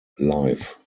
life